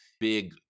big